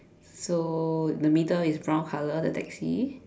so the middle is brown colour the taxi